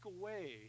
away